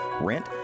rent